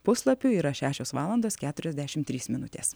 puslapių yra šešios valandos keturiasdešim trys minutės